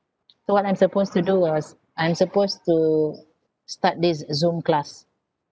so what I'm supposed to do was I'm supposed to start this zoom class